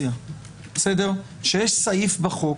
קונסטרוקציה שיש סעיף בחוק